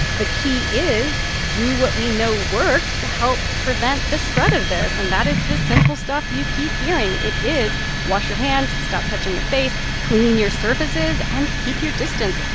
the key is do what we know works to help prevent the spread of this, and that is the simple stuff you keep hearing. it is wash your hands. stop touching your face. clean your surfaces. and keep your distance.